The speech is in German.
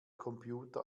computer